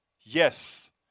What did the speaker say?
Yes